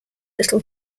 little